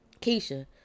Keisha